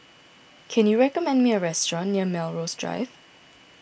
can you recommend me a restaurant near Melrose Drive